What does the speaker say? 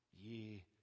ye